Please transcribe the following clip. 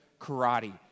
karate